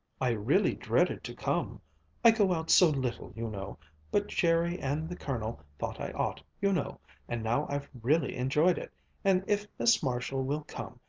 i really dreaded to come i go out so little, you know but jerry and the colonel thought i ought, you know and now i've really enjoyed it and if miss marshall will come,